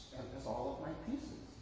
all of my pieces?